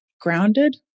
grounded